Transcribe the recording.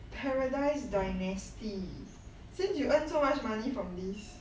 paradise dynasty since you earn so much money from this